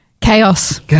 Chaos